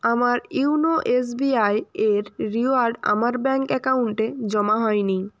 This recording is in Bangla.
আমার ইউনো এস বি আই এর রিওয়ার্ড আমার ব্যাংক অ্যাকাউন্টে জমা হয় নি